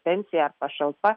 pensija ar pašalpa